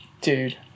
Dude